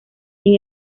sin